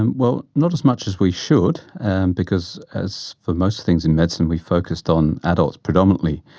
and well, not as much as we should and because, as with most things in medicine, we focused on adults predominantly,